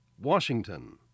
Washington